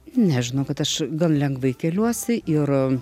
ne žinokit aš gan lengvai keliuosi ir